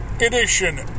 edition